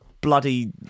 bloody